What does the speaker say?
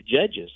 judges